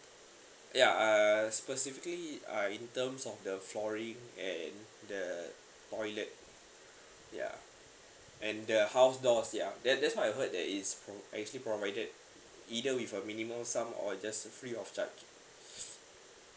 ya err specifically uh in terms of the flooring and the toilet ya and the house doors ya that that's why I heard that is actually provided either with a minimum sum or just free of charge